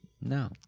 No